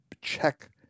check